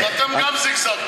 אז אתם גם זיגזגתם.